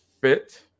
fit